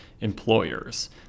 employers